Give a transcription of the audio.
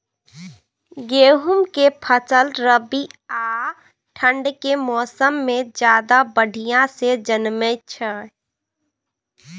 गेहूं के फसल रबी आ ठंड के मौसम में ज्यादा बढ़िया से जन्में छै?